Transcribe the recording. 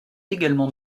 également